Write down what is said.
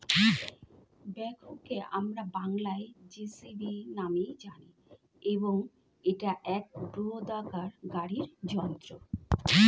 ব্যাকহোকে আমরা বংলায় জে.সি.বি নামেই জানি এবং এটা একটা বৃহদাকার গাড়ি যন্ত্র